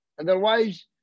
Otherwise